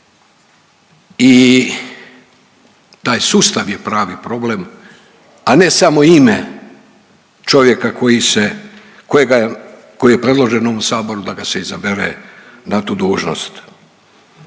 i taj sustav je pravi problem, a ne samo ime čovjeka koji se, kojega, koji je predložen u ovom saboru da ga se izabere na tu dužnost.